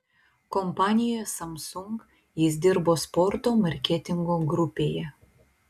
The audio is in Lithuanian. kompanijoje samsung jis dirbo sporto marketingo grupėje